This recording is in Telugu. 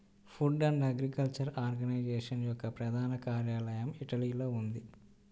ఫుడ్ అండ్ అగ్రికల్చర్ ఆర్గనైజేషన్ యొక్క ప్రధాన కార్యాలయం ఇటలీలో ఉంది